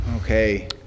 Okay